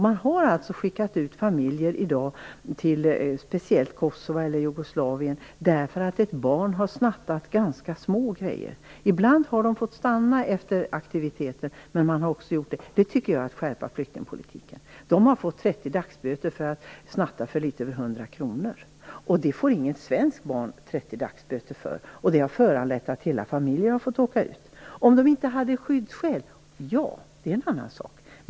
Man har skickat ut familjer till Kossovo eller till Jugoslavien bara därför att ett barn har snattat ganska små saker. Ibland har de fått stanna efter aktiviteter, men man har också utvisat i sådana fall. Det tycker jag är att skärpa flyktingpolitiken. Dessa barn har fått 30 dagsböter för att de snattat för litet över 100 kr. Sådant får inget svenskt barn 30 dagsböter för, och det har föranlett att hela familjer har åkt ut. Om de inte hade haft skyddsskäl hade det varit en annan sak.